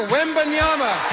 Wembanyama